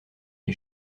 les